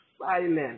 silent